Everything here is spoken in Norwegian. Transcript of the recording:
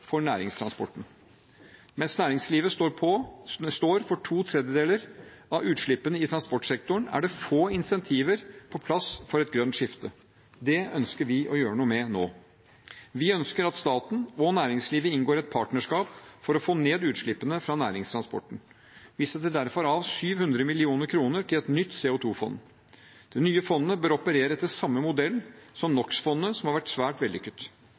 for næringstransporten. Mens næringslivet står for to tredeler av utslippene i transportsektoren, er det få incentiver på plass for et grønt skifte. Det ønsker vi å gjøre noe med nå. Vi ønsker at staten og næringslivet inngår et partnerskap for å få ned utslippene fra næringstransporten. Vi setter derfor av 700 mill. kr til et nytt CO2-fond. Det nye fondet bør operere etter samme modell som NOx-fondet, som har vært svært vellykket.